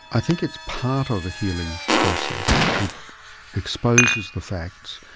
i think it's part of a healing process. it exposes the facts.